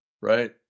right